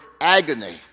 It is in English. agony